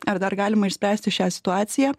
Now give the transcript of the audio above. ar dar galima išspręsti šią situaciją